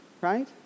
right